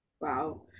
Wow